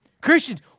Christians